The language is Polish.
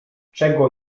czego